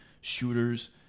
shooters